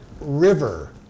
river